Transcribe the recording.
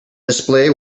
display